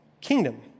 kingdom